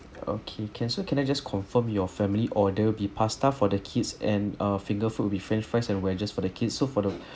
okay can so can I just confirm your family order it'll be pasta for the kids and uh finger food will be french fries and wedges for the kids so for the